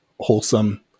wholesome